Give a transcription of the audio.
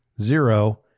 zero